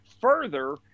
further